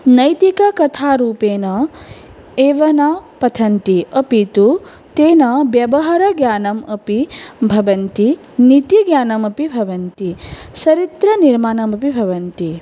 नैतिककथारूपेण एव न पठन्ति अपितु तेन व्यवहारज्ञानम् अपि भवति नीतिज्ञानम् अपि भवति चरित्रनिर्माणमपि भवति